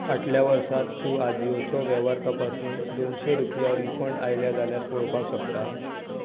फाटल्या वर्सात तू आजियोचो वेव्हार तपासून दोनशे रुपया रिफंड आयल्या जाल्यार पळोवपाक शकता